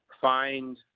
find